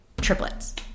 triplets